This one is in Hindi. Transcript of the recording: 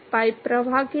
पाइप प्रवाह के लिए